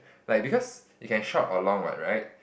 like because you can shop along what right